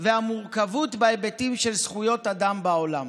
והמורכבות בהיבטים של זכויות אדם בעולם,